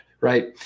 right